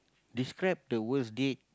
describe the worst date